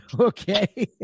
Okay